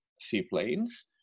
seaplanes